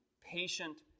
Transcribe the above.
patient